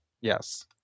Yes